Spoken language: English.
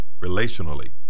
relationally